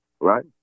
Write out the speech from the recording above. right